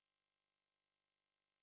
oh ya I also can smell it